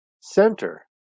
center